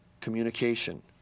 communication